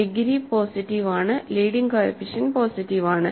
degree positive ആണ്ലീഡിങ് coefficient positive ആണ്